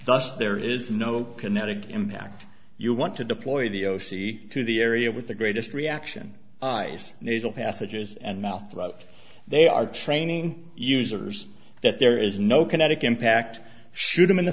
thus there is no kinetic impact you want to deploy the o c to the area with the greatest reaction nasal passages and mouth about they are training users that there is no kinetic impact shoot them in the